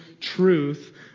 truth